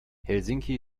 helsinki